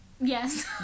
Yes